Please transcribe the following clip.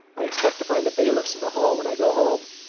i expect to find the bailiffs in the hall when i go home.